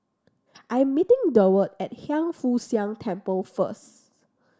I'm meeting Durward at Hiang Foo Siang Temple first